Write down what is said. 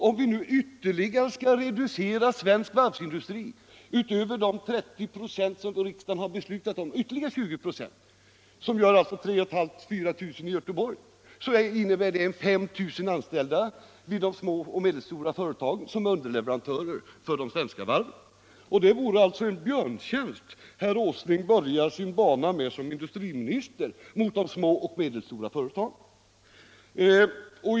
Om vi skall reducera svensk varvsindustri — utöver de 30 96 som riksdagen har beslutat om — med ytterligare 20 96, vilket alltså gör 3 500—4 000 varvsarbetare i Göteborg, innebär det att 5 000 anställda vid de små och medelstora företagen, som är underleverantörer till de svenska varven, blir utan arbete. Det skulle alltså vara en björntjänst mot de små och medelstora företagen som herr Åsling börjar sin bana som industriminister med!